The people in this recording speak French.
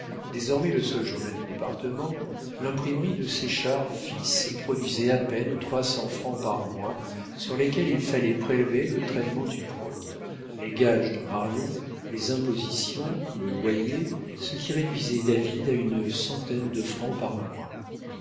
désormais le seul journal du département l'imprimerie de séchard fils produisait à peine trois cents francs par mois sur lesquels il fallait prélever le traitement du prote les gages de marion les impositions le loyer ce qui réduisait david à une centaine de francs par mois